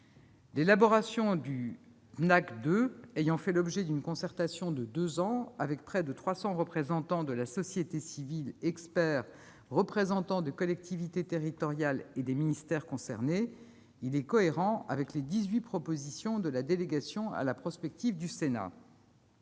L'élaboration du Pnacc 2 ayant fait l'objet d'une concertation de deux ans avec près de trois cents représentants de la société civile, experts, représentants des collectivités territoriales et des ministères concernés, il est cohérent avec les dix-huit propositions de la délégation à la prospective du Sénat.